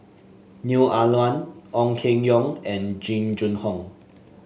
Neo Ah Luan Ong Keng Yong and Jing Jun Hong